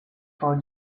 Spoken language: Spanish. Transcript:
for